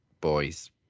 boys